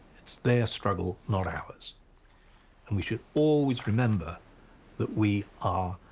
it's their struggle not ours and we should always remember that we are,